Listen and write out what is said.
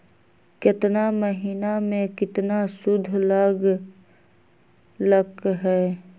केतना महीना में कितना शुध लग लक ह?